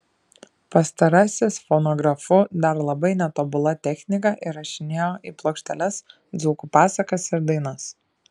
pastarasis fonografu dar labai netobula technika įrašinėjo į plokšteles dzūkų pasakas ir dainas